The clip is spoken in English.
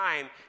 time